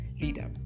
leader